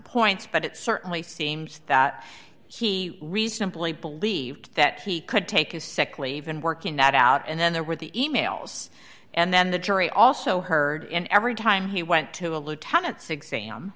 points but it certainly seems that he reasonably believed that he could take a sickly even working night out and then there were the e mails and then the jury also heard in every time he went to a lieutenant's exam